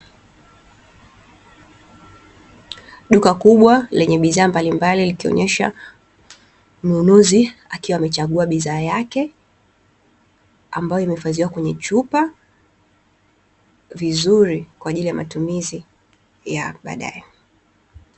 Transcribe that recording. Duka kubwa lenye bidhaa mbalimbali likionyesha mnunuzi akiwa amechagua bidhaa yake, ambayo imeifadhiwa kwenye chupa vizuri, kwa ajili ya matumizi ya badaye.